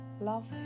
Love